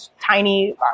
tiny